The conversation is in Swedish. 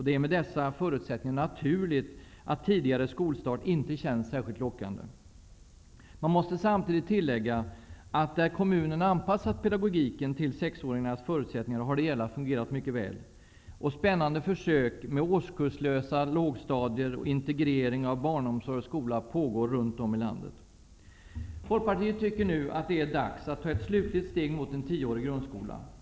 Det är med dessa förutsättningar naturligt att tidigare skolstart inte känns särskilt lockande. Man måste samtidigt tillägga att där kommunen anpassat pedagogiken till sexåringarnas förutsättningar, har det hela fungerat mycket väl. Spännande försök med årskurslösa lågstadier och integrering av barnomsorg och skola pågår runt om i landet. Folkpartiet tycker nu att det är dags att ta ett slutligt steg mot en tioårig grundskola.